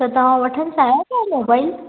त तव्हां वठणु चाहियो था मोबाइल